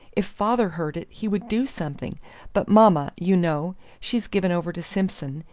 if father heard it he would do something but mamma, you know, she's given over to simson,